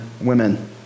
women